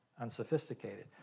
unsophisticated